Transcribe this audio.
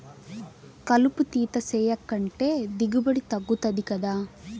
కలుపు తీత సేయకంటే దిగుబడి తగ్గుతది గదా